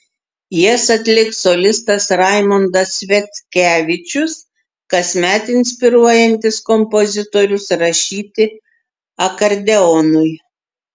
jas atliks solistas raimondas sviackevičius kasmet inspiruojantis kompozitorius rašyti akordeonui